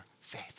faith